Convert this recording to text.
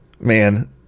man